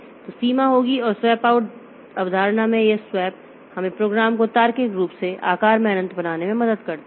तो सीमा होगी और स्वैप आउट अवधारणा में यह स्वैप हमें प्रोग्राम को तार्किक रूप से आकार में अनंत बनाने में मदद करता है